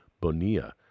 Bonilla